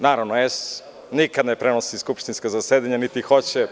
Naravno, „S“ nikad ne prenosi skupštinska zasedanja, niti hoće.